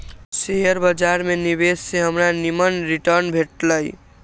share बाजार में निवेश से हमरा निम्मन रिटर्न भेटल